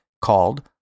called